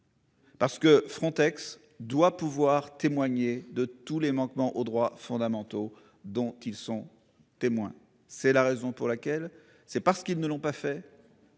Parce que Frontex doit pouvoir témoigner de tous les manquements aux droits fondamentaux dont ils sont témoins. C'est la raison pour laquelle c'est parce qu'ils ne l'ont pas fait.